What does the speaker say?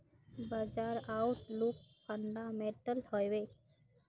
बाजार outlook fundamental हैवै?